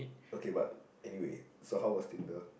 okay but anyway so how was Tinder